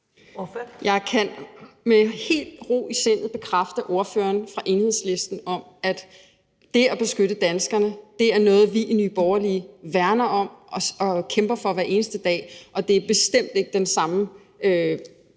Jeg kan med ro i sindet bekræfte ordføreren for Enhedslisten i, at det at beskytte danskerne er noget, som vi i Nye Borgerlige værner om og kæmper for hver eneste dag, og det er bestemt ikke den samme idé